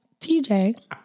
TJ